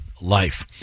life